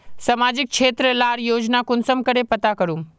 सामाजिक क्षेत्र लार योजना कुंसम करे पता करूम?